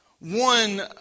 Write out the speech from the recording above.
one